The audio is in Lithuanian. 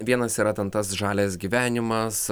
vienas yra ten tas žalias gyvenimas